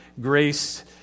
Grace